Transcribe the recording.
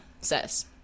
says